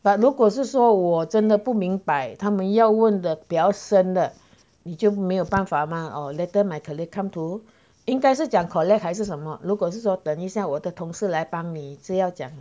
but 如果是说我真的不明白他们要问的比较深的你就没有办法吗 oh later my colleague come to 应该是讲 collect 还是什么如果是说等一下我的同事来帮你这样讲